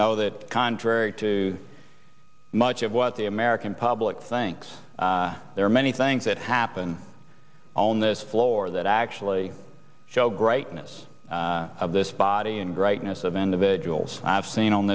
know that contrary to much of what the american public thinks there are many things that happen on this floor that actually show greatness of this body and brightness of individuals i've seen on